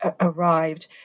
arrived